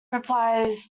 replies